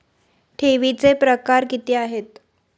ठेवीचे प्रकार किती?